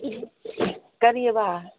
ꯀꯔꯤ ꯍꯥꯏꯕ